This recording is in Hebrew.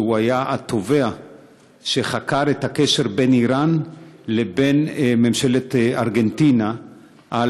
שהיה התובע שחקר את הקשר בין איראן לבין ממשלת ארגנטינה גם